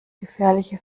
gefährliche